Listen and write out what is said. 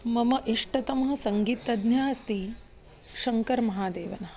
मम इष्टतमः सङ्गीतज्ञः अस्ति शङ्करमहादेवनः